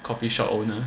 coffee shop owner